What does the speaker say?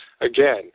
Again